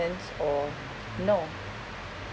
or no